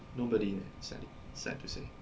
nobody leh sad sad to say